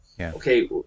okay